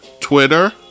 Twitter